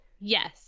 Yes